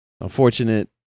unfortunate